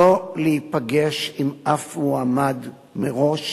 לא להיפגש עם אף מועמד מראש